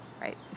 right